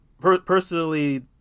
personally